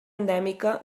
endèmica